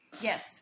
Yes